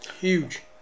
Huge